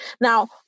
Now